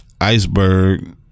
Iceberg